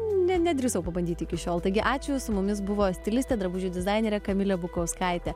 ne nedrįsau pabandyt iki šiol taigi ačiū su mumis buvo stilistė drabužių dizainerė kamilė bukauskaitė